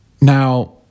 Now